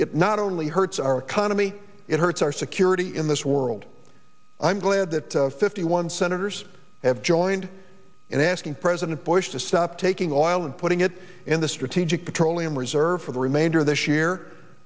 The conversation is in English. it not only hurts our economy it hurts our security in this world i'm glad that fifty one senators have joined in asking president bush to stop taking all and putting it in the strategic petroleum reserve for the remainder of this year